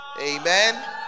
Amen